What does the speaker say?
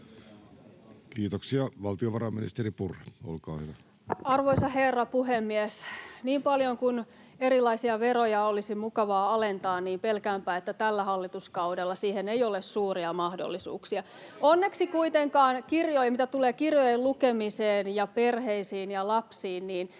Kiitoksia. — Valtiovarainministeri Purra, olkaa hyvä. Arvoisa herra puhemies! Niin paljon kuin erilaisia veroja olisi mukavaa alentaa, pelkäänpä, että tällä hallituskaudella siihen ei ole suuria mahdollisuuksia. [Anne Kalmari: Ainoastaan hyvätuloisille!] Mitä tulee kirjojen lukemiseen ja perheisiin ja lapsiin,